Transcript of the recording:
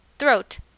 Throat